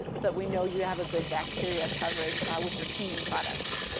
so that we know you have a good bacteria coverage with your cleaning products.